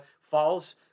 falls